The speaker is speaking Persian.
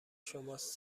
شماست